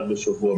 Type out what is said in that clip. חייב בשבוע בידוד.